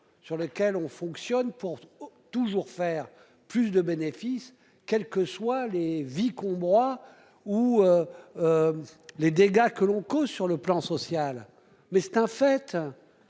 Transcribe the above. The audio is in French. sur lesquels on fonctionne pour toujours faire plus de bénéfices, quelles que soient les vies qu'on broie ou. Les dégâts que l'on cause sur le plan social mais c'est un fait.